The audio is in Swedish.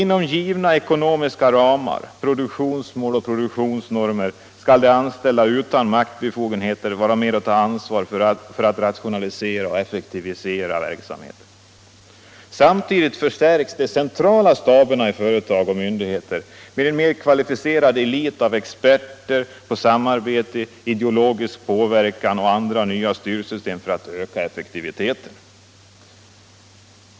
Inom givna ekonomiska ramar, produktionsmål och produktionsnormer skall de anställda utan maktbefogenheter vara med och ta ansvar för att rationalisera och effektivisera verksamheten. Samtidigt förstärks de centrala staberna i företag och myndigheter med en mer kvalificerad elit av experter på samarbete, ideologisk påverkan och andra nya styrsystem för att öka effektiviteten.